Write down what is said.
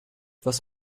was